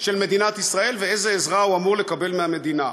של מדינת ישראל ואיזו עזרה הוא אמור לקבל מהמדינה.